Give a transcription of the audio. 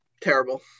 Terrible